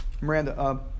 Miranda